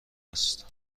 است